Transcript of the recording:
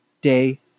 Day